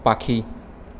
পাখি